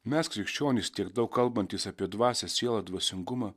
mes krikščionys tiek daug kalbantys apie dvasią sielą dvasingumą